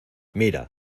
mira